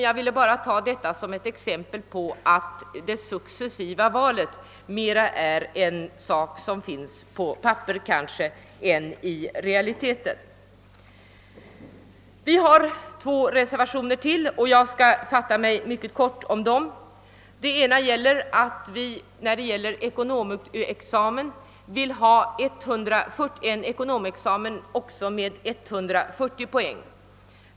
Jag har bara velat nämna dessa exempel på att det successiva valet är något som finns mer på papperet än i realiteten. Vi har avgivit ytterligare två reser vationer, som jag här skall fatta mig mycket kort om. Den ena gäller ekonomexamen. Där vill vi ha en examen med 140 poäng.